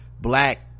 black